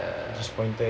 disappointed